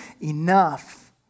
enough